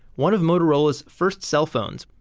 one of motorola's first cell phones,